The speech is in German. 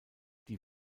die